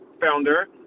founder